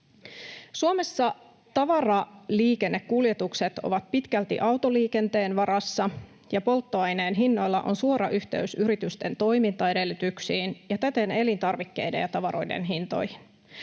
Suomessa tavaraliikennekuljetukset ovat pitkälti autoliikenteen varassa, ja polttoaineen hinnoilla on suora yhteys yritysten toimintaedellytyksiin ja täten elintarvikkeiden ja tavaroiden hintoihin.